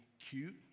cute